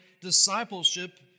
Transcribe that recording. discipleship